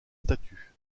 statue